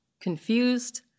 confused